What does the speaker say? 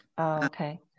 Okay